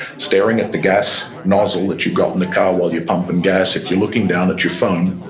staring at the gas nozzle that you've got in the car while you're pumping gas, if you're looking down at your phone,